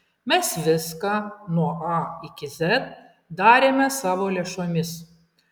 mes viską nuo a iki z darėme savo lėšomis